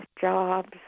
jobs